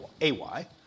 A-Y